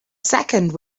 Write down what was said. second